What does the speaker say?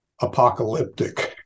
apocalyptic